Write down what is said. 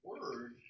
word